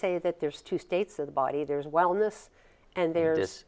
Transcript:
say that there's two states in the body there's wellness and there